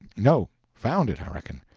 no, found it, i reckon.